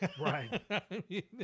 Right